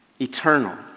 Eternal